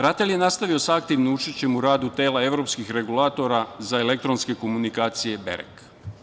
RATEL je nastavio sa učešćem u radu telA evropskih regulatora za elektronske komunikacije „Berek“